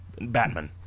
Batman